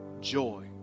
joy